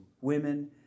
women